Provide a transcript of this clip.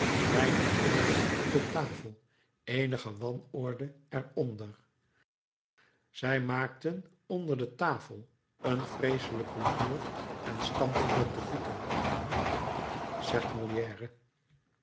weinig orde op de tafel eenige wanorde er onder zij maakten onder de tafel een vreeselijk rumoer en stampten met de voeten zegt